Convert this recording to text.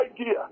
idea